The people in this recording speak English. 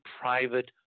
private